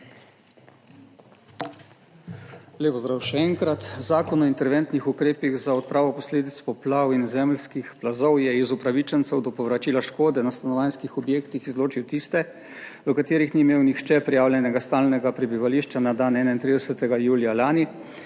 Lep pozdrav še enkrat! Zakon o interventnih ukrepih za odpravo posledic poplav in zemeljskih plazov je iz upravičencev do povračila škode na stanovanjskih objektih izločil tiste, v katerih ni imel nihče prijavljenega stalnega prebivališča na dan 31. julija lani,